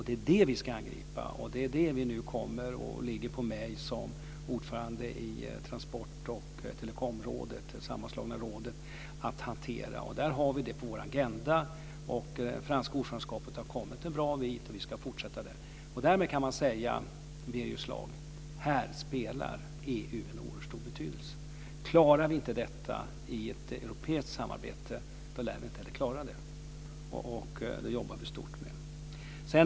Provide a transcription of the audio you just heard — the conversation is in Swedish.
Det är det vi ska angripa, och det är det som nu ligger på mig som ordförande i det sammanslagna transport och telekområdet att hantera. Vi har det på vår agenda. Frankrike kom en bra bit på väg under sitt ordförandeskap, och vi ska fortsätta med detta. Därmed kan man säga, Birger Schlaug, att här spelar EU en oerhört stor roll. Klarar vi inte detta i ett europeiskt samarbete lär vi inte heller klara det. Vi jobbar mycket med detta.